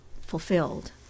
fulfilled